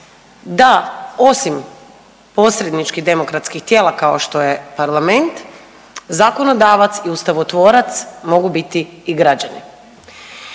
da osim posredničkih demokratskih tijela kao što je parlament zakonodavac i ustavotvorac mogu biti i građani.